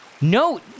No